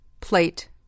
Plate